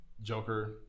Joker